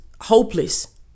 hopeless